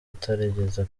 utarigeze